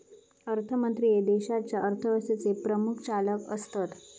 अर्थमंत्री हे देशाच्या अर्थव्यवस्थेचे प्रमुख चालक असतत